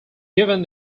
given